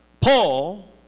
Paul